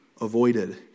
avoided